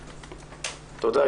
תודה.